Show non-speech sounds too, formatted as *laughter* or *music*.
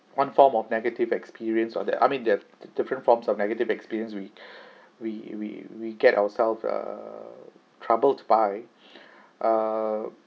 one form of negative experience or that I mean there're di~ different forms of negative experience we *breath* we we we get ourselves err troubled by *breath* err